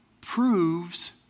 proves